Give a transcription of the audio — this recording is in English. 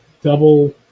double